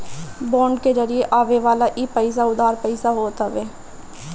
bond के जरिया से आवेवाला इ पईसा उधार पईसा होत हवे